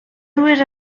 dues